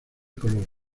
color